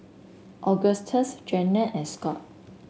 Augustus Jeanette and Scott